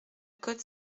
côte